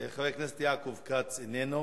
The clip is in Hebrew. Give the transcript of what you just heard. חבר הכנסת יעקב כץ, איננו.